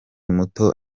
muto